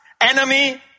enemy